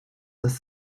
dass